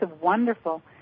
wonderful